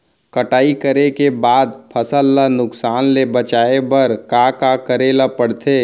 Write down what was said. कटाई करे के बाद फसल ल नुकसान ले बचाये बर का का करे ल पड़थे?